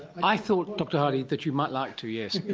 i thought dr hardy that you might like to yes.